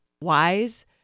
wise